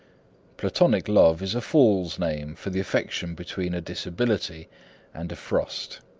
platonic love is a fool's name for the affection between a disability and a frost.